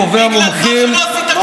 טובי המומחים,